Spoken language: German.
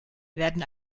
werden